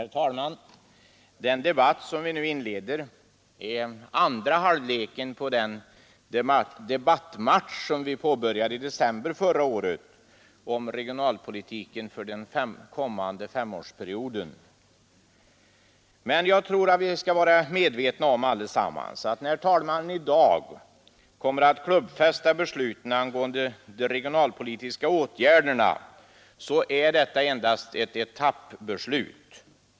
Herr talman! Den debatt som vi nu inleder är andra halvleken på den ”debattmatch” som vi började i december förra året om regionalpolitiken för den kommande femårsperioden. Men vi skall vara medvetna om allesammans att när talmannen i dag kommer att klubbfästa besluten angående de regionalpolitiska åtgärderna så är detta endast ett etappbeslut.